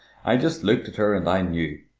i just looked at her and i knew.